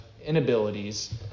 inabilities